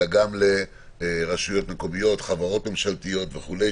אלא גם לרשויות מקומיות, לחברות ממשלתיות וכולי.